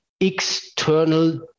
external